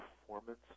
performance